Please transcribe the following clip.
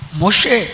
moshe